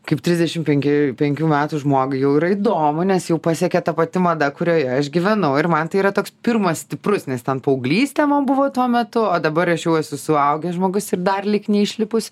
kaip trisdešimt penkių penkių metų žmogui jau yra įdomu nes jau pasiekė ta pati mada kurioje aš gyvenau ir man tai yra toks pirmas stiprus nes ten paauglystė man buvo tuo metu o dabar aš jau esu suaugęs žmogus ir dar lyg neišlipus